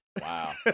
wow